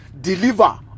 deliver